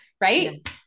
right